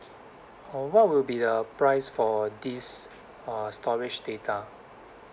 uh what will be the price for these uh storage data